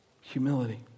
humility